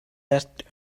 asked